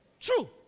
true